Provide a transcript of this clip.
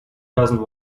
doesn’t